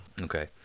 Okay